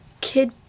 kid